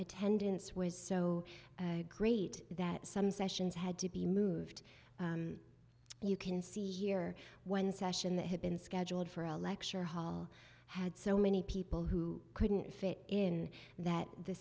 attendance was so great that some sessions had to be moved and you can see here one session that had been scheduled for a lecture hall had so many people who couldn't fit in that the